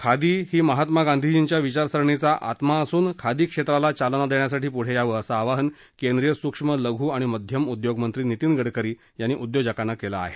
खादी ही महात्मा गांधीजीच्या विचारसरणीचा आत्मा असून खादीक्षेत्राला चालना देण्यासाठी पुढे यावं असं आवाहन केंद्रिय सुक्ष्म लघु आणि मध्यम उदयोग मंत्री नितीन गडकरी यांनी उदयोजकांना केलं आहे